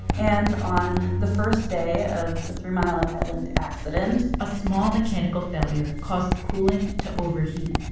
and on the first day of the three mile island accident. a small mechanical failure caused the coolant to overheat.